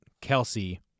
Kelsey